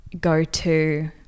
go-to